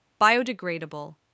biodegradable